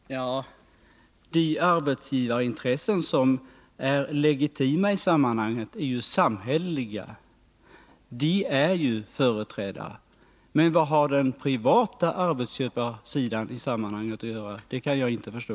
Herr talman! De arbetsgivarintressen som är legitima i sammanhanget är ju de samhälleliga. De är också företrädda. Men vad har den privata arbetsgivarsidan i sammanhanget att göra? Det kan jag inte förstå.